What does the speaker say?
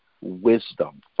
wisdom